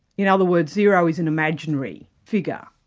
in other words, zero is an imaginary figure.